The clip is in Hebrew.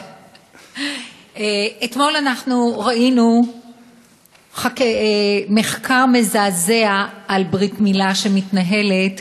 אתמול אנחנו ראינו מחקר מזעזע על ברית-מילה שמתנהלת